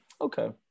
okay